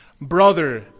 Brother